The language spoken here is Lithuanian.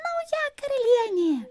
nauja karalienė